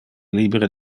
libere